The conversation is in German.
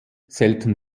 selten